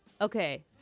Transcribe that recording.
Okay